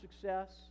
success